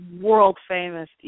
world-famous